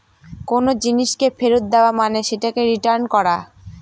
কোনো জিনিসকে ফেরত দেওয়া মানে সেটাকে রিটার্ন করা